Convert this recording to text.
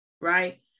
right